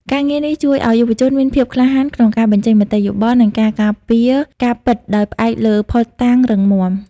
ការងារនេះជួយឱ្យយុវជនមានភាពក្លាហានក្នុងការបញ្ចេញមតិយោបល់ និងការការពារការពិតដោយផ្អែកលើភស្តុតាងរឹងមាំ។